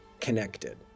connected